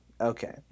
Okay